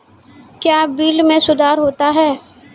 क्या बिल मे सुधार होता हैं?